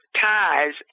ties